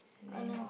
then